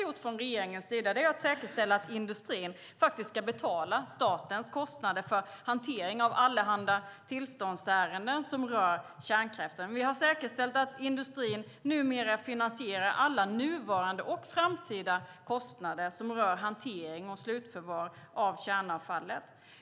Regeringen har också säkerställt att industrin ska betala statens kostnader för hanteringen av allehanda tillståndsärenden som rör kärnkraften. Vi har säkerställt att industrin finansierar alla nuvarande och framtida kostnader som rör hantering och slutförvar av kärnavfallet.